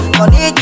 Money